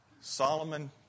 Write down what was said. Solomon